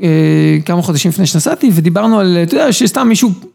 כמה חודשים לפני שנסעתי ודיברנו על, אתה יודע שסתם מישהו...